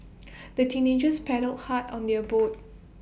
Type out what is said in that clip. the teenagers paddled hard on their boat